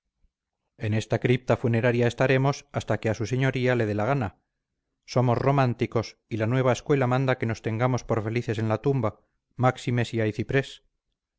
en esta cripta funeraria estaremos hasta que a su señoría le dé la gana somos románticos y la nueva escuela manda que nos tengamos por felices en la tumba máxime si hay ciprés